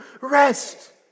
rest